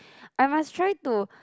I must try to